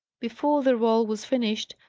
before the roll was finished,